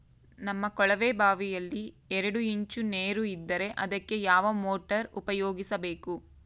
ನಮ್ಮ ಕೊಳವೆಬಾವಿಯಲ್ಲಿ ಎರಡು ಇಂಚು ನೇರು ಇದ್ದರೆ ಅದಕ್ಕೆ ಯಾವ ಮೋಟಾರ್ ಉಪಯೋಗಿಸಬೇಕು?